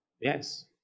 yes